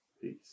peace